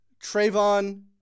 Trayvon